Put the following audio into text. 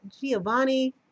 Giovanni